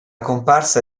comparsa